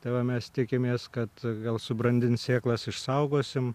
tai va mes tikimės kad gal subrandins sėklas išsaugosim